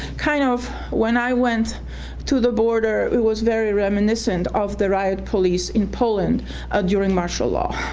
kind of when i went to the border, it was very reminiscent of the riot police in poland during martial law,